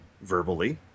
verbally